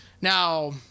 Now